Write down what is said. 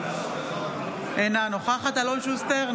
אינה נוכחת אלון שוסטר,